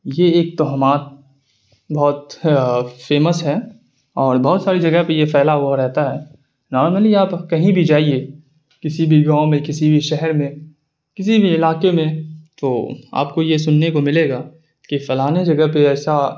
یہ ایک توہمات بہت فیمس ہے اور بہت ساری جگہ پہ یہ پھیلا ہوا رہتا ہے نارملی آپ کہیں بھی جائیے کسی بھی گاؤں میں کسی بھی شہر میں کسی بھی علاقے میں تو آپ کو یہ سننے کو ملے گا کہ فلانے جگہ پہ ایسا